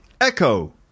echo